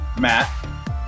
Matt